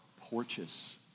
porches